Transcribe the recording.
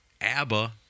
ABBA